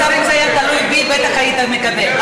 אדוני השר, אם זה היה תלוי בי, בטח היית מקבל.